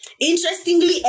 Interestingly